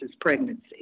pregnancy